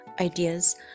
ideas